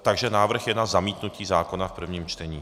Takže návrh je na zamítnutí zákona v prvním čtení.